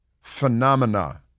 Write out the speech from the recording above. Phenomena